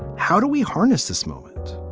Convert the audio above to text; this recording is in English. how do we harness this moment?